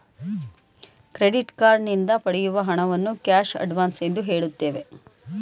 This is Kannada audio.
ಕ್ರೆಡಿಟ್ ಕಾರ್ಡ್ ನಿಂದ ಪಡೆಯುವ ಹಣವನ್ನು ಕ್ಯಾಶ್ ಅಡ್ವನ್ಸ್ ಎಂದು ಹೇಳುತ್ತೇವೆ